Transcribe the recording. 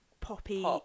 poppy